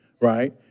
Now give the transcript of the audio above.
right